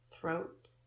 throat